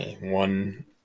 One